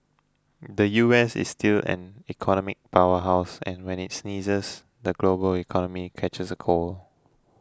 the U S is still an economic power house and when it sneezes the global economy catches a cold